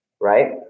right